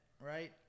right